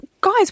Guys